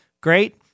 great